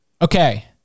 Okay